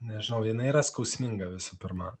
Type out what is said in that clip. nežinau jinai yra skausminga visų pirma